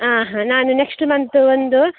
ಹಾಂ ಹಾಂ ನಾನು ನೆಕ್ಸ್ಟ್ ಮಂತ್ ಒಂದು